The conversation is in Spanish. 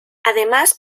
además